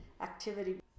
activity